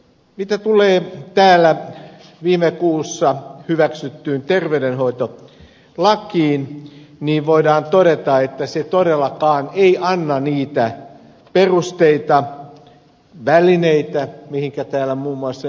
mitä tulee täällä viime kuussa hyväksyttyyn terveydenhoitolakiin niin voidaan todeta että se todellakaan ei anna niitä perusteita välineitä mihinkä täällä muun muassa ed